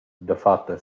dafatta